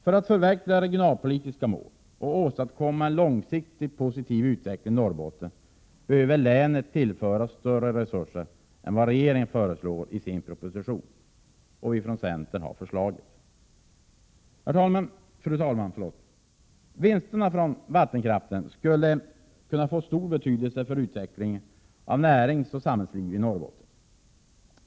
För att förverkliga regionalpolitiska mål och åstadkomma en långsiktig positiv utveckling i Norrbotten behöver länet tillföras större resurser än vad regeringen föreslår i sin proposition, och det har vi från centern föreslagit. Fru talman! Vinsterna från vattenkraften skulle kunna få stor betydelse för utvecklingen av näringsoch samhällslivet i Norrbotten.